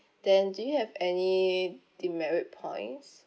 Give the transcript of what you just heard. then do you have any demerit points